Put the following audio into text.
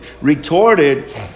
retorted